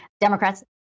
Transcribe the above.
Democrats